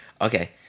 Okay